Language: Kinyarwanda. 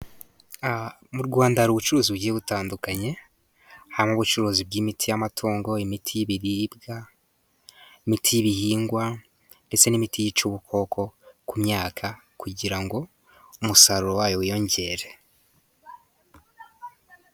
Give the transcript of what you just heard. Mu Rwanda hari ubucuruzi bugiye butandukanye, hamwe ubucuruzi bw' imiti y' amatungo, imiti y' ibiribwa, imiti y' ibihingwa ndetse n' imiti yica ubukoko ku myaka, kugira ngo umusaruro wayo wiyongere.